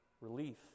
relief